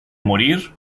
morir